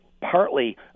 partly